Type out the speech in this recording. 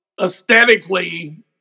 aesthetically